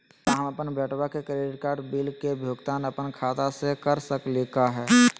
का हम अपन बेटवा के क्रेडिट कार्ड बिल के भुगतान अपन खाता स कर सकली का हे?